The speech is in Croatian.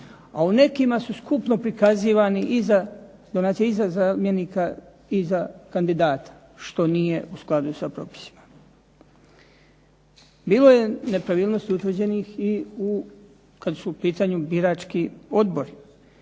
a u nekima su skupno prikazivani i za donacije i za zamjenika i za kandidata što nije u skladu s propisima. Bilo je nepravilnosti utvrđenih i kad su u pitanju birački odbori.